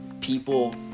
people